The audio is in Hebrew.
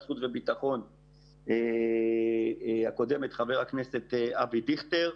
החוץ והביטחון הקודמת חבר הכנסת אבי דיכטר.